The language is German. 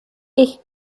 ich